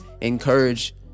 encourage